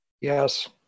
Yes